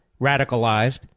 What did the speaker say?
radicalized